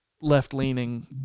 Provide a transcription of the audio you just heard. left-leaning